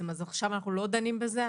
אז עכשיו אנחנו לא דנים בזה?